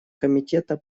комитета